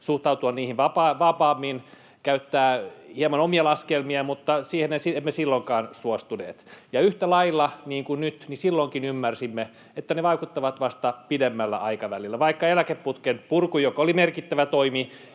suhtautua niihin vapaammin, käyttää hieman omia laskelmia, mutta siihen emme silloinkaan suostuneet, ja yhtä lailla, niin kuin nyt, silloinkin ymmärsimme, että ne vaikuttavat vasta pidemmällä aikavälillä — esimerkiksi eläkeputken purku, joka oli merkittävä toimi,